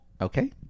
Okay